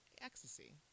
ecstasy